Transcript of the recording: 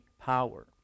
power